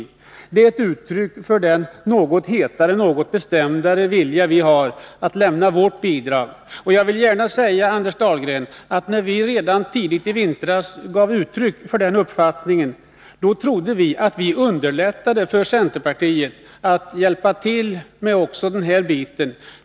Det är också ett uttryck för en något mer uttalad och starkare vilja från vår sida i det här avseendet. Jag vill gärna säga, Anders Dahlgren, att när vi tidigt i vintras framförde denna uppfattning, trodde vi att vi därigenom hjälpte till och underlättade det för centerpartiet.